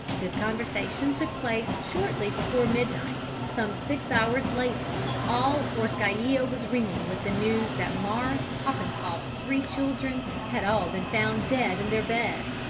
this conversation took place shortly before midnight some six hours later all orskaia was ringing with the news that marthe popenkoff's three children had all been found dead in their beds,